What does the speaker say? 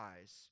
eyes